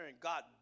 God